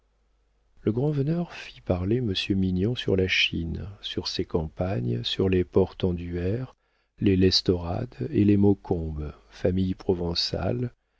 le grand-veneur fit parler monsieur mignon sur la chine sur ses campagnes sur les portenduère les l'estorade et les maucombe familles provençales